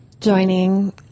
joining